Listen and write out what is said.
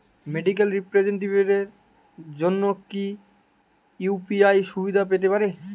Medical রিপ্রেজন্টেটিভদের জন্য কি ইউ.পি.আই সুবিধা পেতে পারে?